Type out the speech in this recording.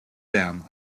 them